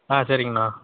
ஆ சரிங்கண்ணா